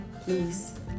please